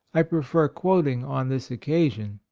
i prefer quoting on this occasion